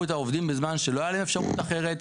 את העובדים בזמן שלא הייתה להם אפשרות אחרת,